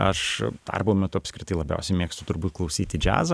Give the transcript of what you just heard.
aš darbo metu apskritai labiausiai mėgstu turbūt klausyti džiazą